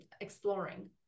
exploring